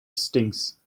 stings